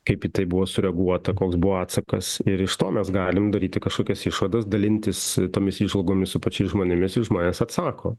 kaip į tai buvo sureaguota koks buvo atsakas ir iš to mes galim daryti kažkokias išvadas dalintis tomis įžvalgomis su pačiais žmonėmis ir žmonės atsako